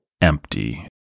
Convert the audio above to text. empty